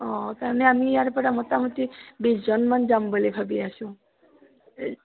অ' তাৰমানে আমি ইয়াৰ পৰা মোটামুটি বিছজনমান যাম বুলি ভাবি আছোঁ